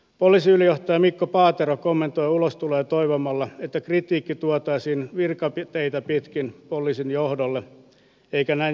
poliisiylijohtaja mikko paatero kommentoi ulostuloja toivomalla että kritiikki tuotaisiin virkateitä pitkin poliisin johdolle eikä näin julkisuuden kautta